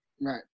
Right